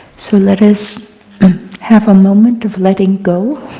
so let us have a moment of letting go,